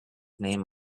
name